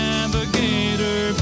Navigator